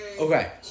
Okay